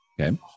Okay